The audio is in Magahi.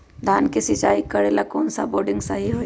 धान के सिचाई करे ला कौन सा बोर्डिंग सही होई?